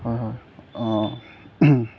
হয় হয় অ'